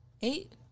eight